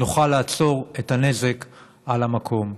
נוכל לעצור את הנזק על המקום.